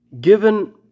given